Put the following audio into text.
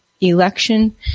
election